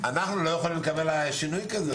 אנחנו לא יכולים לקבל שינוי כזה,